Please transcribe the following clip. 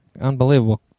Unbelievable